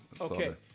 Okay